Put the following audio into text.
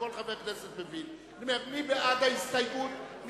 לגבי ארוחת הצהריים שלו,